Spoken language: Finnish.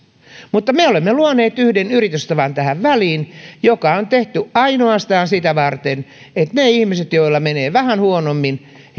mutta me olemme luoneet tähän väliin yhden yritystavan joka on tehty ainoastaan sitä varten että niillä ihmisillä joilla menee vähän huonommin